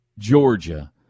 georgia